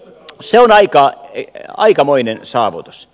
se on aikamoinen saavutus